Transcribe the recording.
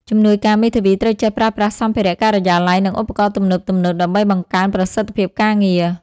ជំនួយការមេធាវីត្រូវចេះប្រើប្រាស់សម្ភារៈការិយាល័យ និងឧបករណ៍ទំនើបៗ ដើម្បីបង្កើនប្រសិទ្ធភាពការងារ។